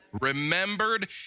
remembered